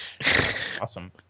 Awesome